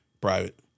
Private